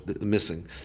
missing